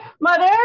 Mother